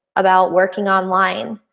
about working online,